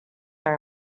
are